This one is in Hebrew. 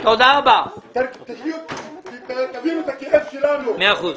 תבינו את הכאב שלנו.